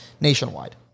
nationwide